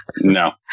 No